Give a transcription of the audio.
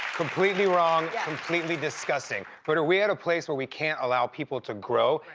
completely wrong, completely disgusting. but we at a place where we can't allow people to grow?